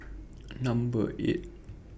Number eight